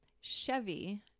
Chevy